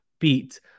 beat